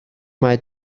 mae